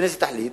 הכנסת תחליט,